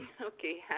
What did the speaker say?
Okay